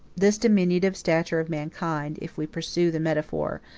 this diminutive stature of mankind, if we pursue the metaphor,